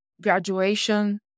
graduation